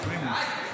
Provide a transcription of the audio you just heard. הם מפריעים לי.